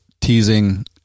teasing